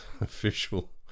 official